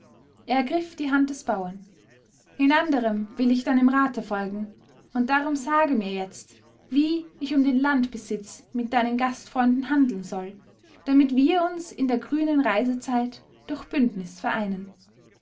er ergriff die hand des bauern in anderem will ich deinem rate folgen und darum sage mir jetzt wie ich um den landbesitz mit deinen gastfreunden handeln soll damit wir uns in der grünen reisezeit durch bündnis vereinen